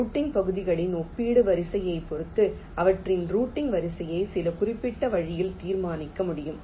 routing பகுதிகளின் ஒப்பீட்டு வரிசையைப் பொறுத்து அவற்றின் ரூட்டிங் வரிசையை சில குறிப்பிட்ட வழியில் தீர்மானிக்க முடியும்